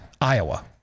Iowa